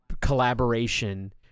collaboration